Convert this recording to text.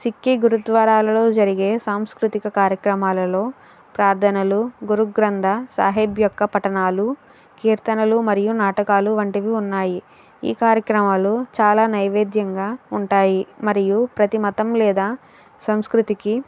సిక్కీ గురుధ్వారాలలో జరిగే సాంస్కృతిక కార్యక్రమాలలో ప్రార్ధనలు గురు గ్రంధ సాహెబ్ యొక్క పఠనాలు కీర్తనలు మరియు నాటకాలు వంటివి ఉన్నాయి ఈ కార్యక్రమాలు చాలా నైవేద్యంగా ఉంటాయి మరియు ప్రతి మతం లేదా సంస్కృతికి